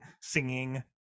singing